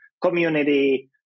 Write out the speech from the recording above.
community